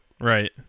Right